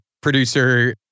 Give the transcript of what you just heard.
producer